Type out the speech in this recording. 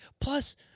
plus